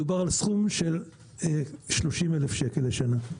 מדובר על סכום של 30,000 שקל לשנה.